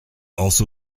also